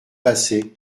passé